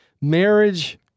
marriage